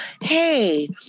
hey